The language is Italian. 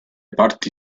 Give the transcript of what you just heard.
parti